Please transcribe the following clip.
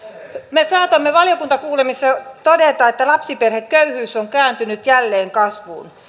me saatoimme valiokuntakuulemisissa todeta että lapsiperheköyhyys on kääntynyt jälleen kasvuun